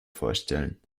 vorstellen